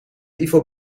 ivo